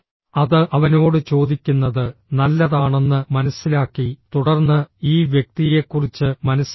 അത് അവനോട് ചോദിക്കുന്നത് നല്ലതാണെന്ന് മനസ്സിലാക്കി തുടർന്ന് ഈ വ്യക്തിയെക്കുറിച്ച് മനസ്സിലാക്കി